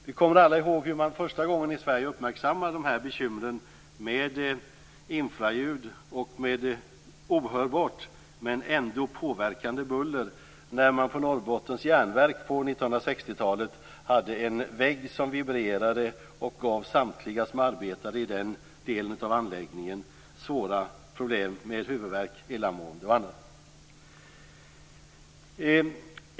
Vi kommer alla ihåg hur man första gången i Sverige uppmärksammade dessa bekymmer med infraljud och ohörbart men ändå påverkande buller när man på Norrbottens järnverk på 1960-talet hade en vägg som vibrerade och gav samtliga som arbetade i den delen av anläggningen svåra problem med huvudvärk, illamående och andning.